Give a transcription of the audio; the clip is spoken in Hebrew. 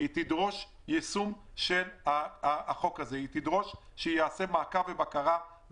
היא צריכה לדרוש יישום של החוק הזה ושיהיה מעקב ובקרה.